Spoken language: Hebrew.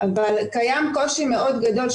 אבל קיים קושי מאוד גדול.